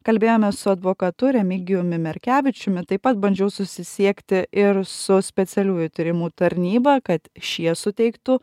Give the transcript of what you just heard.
kalbėjome su advokatu remigijumi merkevičiumi taip pat bandžiau susisiekti ir su specialiųjų tyrimų tarnyba kad šie suteiktų